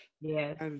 Yes